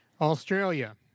Australia